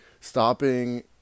stopping